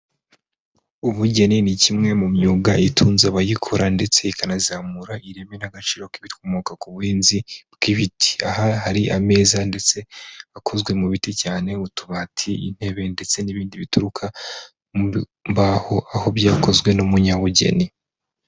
Ubugeni ni kimwe mu myuga itunze abayikora ndetse ikanazamura ireme n'agaciro k'ibikomoka ku buhinzi bw'ibiti, aha hari ameza ndetse akozwe mu biti cyane, utubati, intebe ndetse n'ibindi bituruka mu mbaho aho byakozwe n'umunyabugeni.